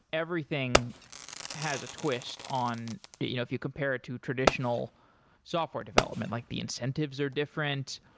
everything has a twist on you know if you compare it to traditional software development, like the incentives are different,